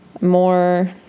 more